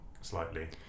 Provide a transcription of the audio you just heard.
slightly